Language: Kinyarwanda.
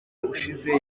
ushize